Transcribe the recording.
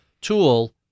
tool